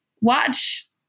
watch